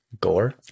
Gore